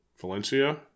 Valencia